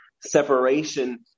Separation